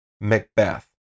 Macbeth